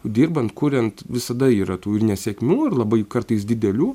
dirbant kuriant visada yra tų nesėkmių ir labai kartais didelių